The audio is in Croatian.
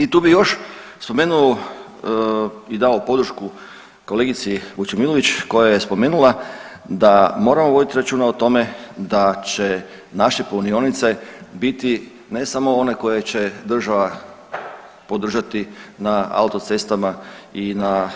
I tu bi još spomenuo i dao podršku kolegici Vučemilović koja je spomenula da moramo voditi računa o tome da će naše punioce biti ne samo one koje će država podržati na autocestama i na